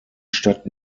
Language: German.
stadt